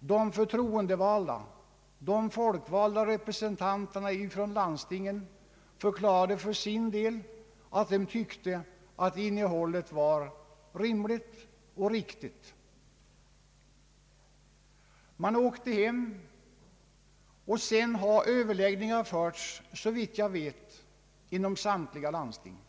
för de förtroendevalda, och representanterna från landstingen förklarade för sin del att de fann innehållet rimligt och riktigt. Efter denna konferens har överläggningar förts inom samtliga landsting.